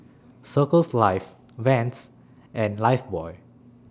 Circles Life Vans and Lifebuoy